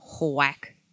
whack